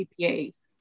CPAs